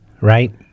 right